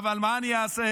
אבל מה אני אעשה,